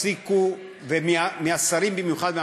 ומהשרים במיוחד,